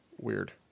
Weird